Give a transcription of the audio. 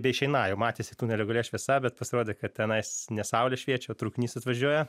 beišeiną jau matėsi tunelio gale šviesa bet pasirodė kad tenais ne saulė šviečia o traukinys atvažiuoja